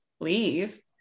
leave